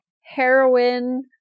heroin